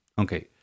Okay